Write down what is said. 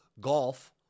Golf